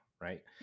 right